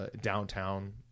downtown